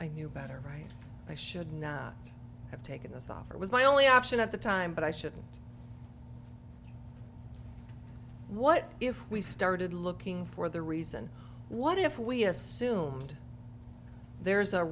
i knew better right i should not have taken this offer was my only option at the time but i shouldn't what if we started looking for the reason what if we assume there is a